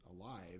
alive